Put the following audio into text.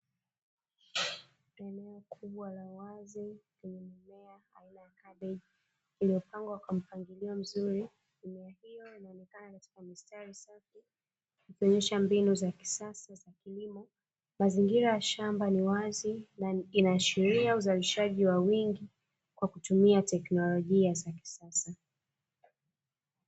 Eneo kubwa la wazi lenye mimea aina ya kabeji lililo pangwa kwa mpangilio mzuri, eneo hilo linaonekana katika mistari safi kuonyesha mbinu za kisasa za kilimo. Mazingira ya shama ni wazi, inaashiria uzalishaji wa wingi kwa kutumia teknolojia za kisasa.